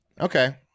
Okay